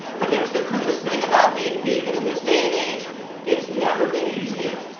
but here's the coolest thing about being vegan in this day in age it's never been easier!